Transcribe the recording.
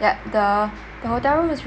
yup the the hotel room is really